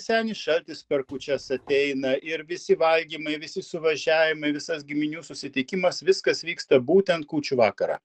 senis šaltis per kūčias ateina ir visi valgymai visi suvažiavimai visas giminių susitikimas viskas vyksta būtent kūčių vakarą